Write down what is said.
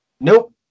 Nope